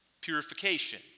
Purification